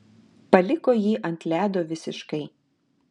paliko jį ant ledo visiškai